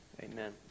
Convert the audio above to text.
amen